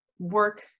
work